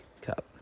Cup